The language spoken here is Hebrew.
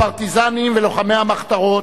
הפרטיזנים ולוחמי המחתרות,